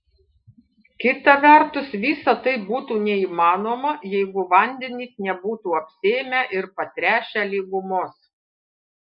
kita vertus visa tai būtų neįmanoma jeigu vandenys nebūtų apsėmę ir patręšę lygumos